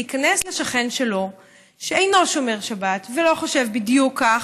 להיכנס לשכן שלו שאינו שומר שבת ולא חושב בדיוק כך,